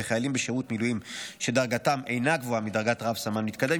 וחיילים בשירות מילואים שדרגתם אינה גבוהה מדרגת רב-סמל מתקדם,